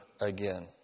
again